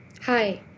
Hi